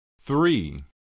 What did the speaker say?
three